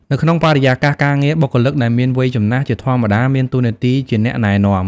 នៅក្នុងបរិយាកាសការងារ បុគ្គលិកដែលមានវ័យចំណាស់ជាធម្មតាមានតួនាទីជាអ្នកណែនាំ។